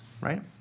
right